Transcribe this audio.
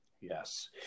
yes